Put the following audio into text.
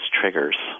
triggers